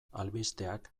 albisteak